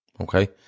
Okay